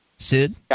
Sid